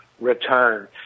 return